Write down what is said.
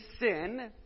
sin